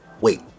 wait